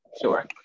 Sure